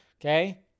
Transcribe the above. Okay